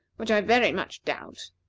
which i very much doubt.